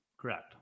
Correct